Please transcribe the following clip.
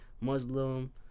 Muslim